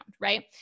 right